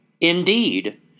indeed